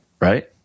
right